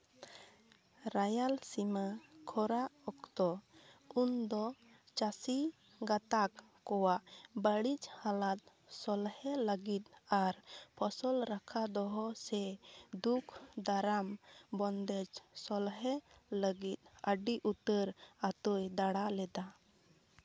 ᱨᱟᱭᱟᱞ ᱥᱤᱢᱟᱹ ᱠᱷᱚᱨᱟ ᱚᱠᱛᱚ ᱩᱱᱫᱚ ᱪᱟᱹᱥᱤ ᱜᱟᱛᱟᱠ ᱠᱚᱣᱟᱜ ᱵᱟᱹᱲᱤᱡ ᱦᱟᱞᱟᱛ ᱥᱚᱞᱦᱮ ᱞᱟᱹᱜᱤᱫ ᱟᱨ ᱯᱷᱚᱥᱚᱞ ᱨᱟᱠᱷᱟ ᱫᱚᱦᱚ ᱥᱮ ᱫᱩᱠ ᱫᱟᱨᱟᱢ ᱵᱚᱱᱫᱮᱡᱽ ᱥᱚᱞᱦᱮ ᱞᱟᱹᱜᱤᱫ ᱟᱹᱰᱤ ᱩᱛᱟᱹᱨ ᱟᱛᱳᱭ ᱫᱟᱬᱟ ᱞᱮᱫᱟ